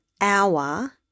hour